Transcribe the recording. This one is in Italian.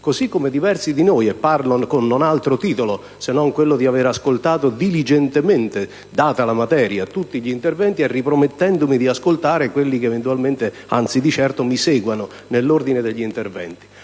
così come diversi di noi, e parlo con non altro titolo se non quello di aver ascoltato diligentemente, data la materia, tutti gli interventi, ripromettendomi di ascoltare quelli che di certo mi seguiranno. Debbo anche